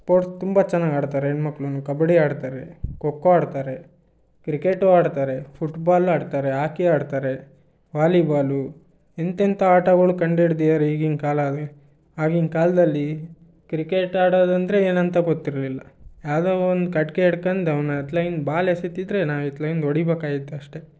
sports ತುಂಬ ಚೆನ್ನಾಗಿ ಆಡ್ತಾರೆ ಹೆಣ್ಮಕ್ಳು ಕಬ್ಬಡ್ಡಿ ಆಡ್ತಾರೆ ಖೊ ಖೋ ಆಡ್ತಾರೆ ಕ್ರಿಕೆಟೂ ಆಡ್ತಾರೆ ಫುಟ್ಬಾಲ್ ಆಡ್ತಾರೆ ಆಕಿ ಆಡ್ತಾರೆ ವಾಲಿಬಾಲು ಎಂತೆಂಥ ಆಟಗಳು ಕಂಡು ಹಿಡ್ದಿದಾರೆ ಈಗಿನ ಕಾಲಾಗೆ ಆಗಿನ ಕಾಲದಲ್ಲಿ ಕ್ರಿಕೆಟ್ ಆಡೋದಂದರೆ ಏನಂತ ಗೊತ್ತಿರಲಿಲ್ಲ ಯಾವ್ದೋ ಒಂದು ಕಟ್ಟಿಗೆ ಹಿಡ್ಕಂಡ್ ಅವ್ನು ಅತ್ಲಗಿಂದ ಬಾಲ್ ಎಸೀತಿದ್ದರೆ ನಾವು ಇತ್ಲಗಿಂದ ಹೊಡೀಬೇಕಾಯಿತ್ ಅಷ್ಟೆ